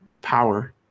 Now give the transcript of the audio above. power